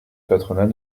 patronat